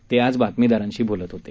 ते आज बातमीदारांशी बोलत होते